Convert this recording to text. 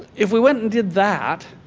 if we went and did that,